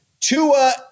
Tua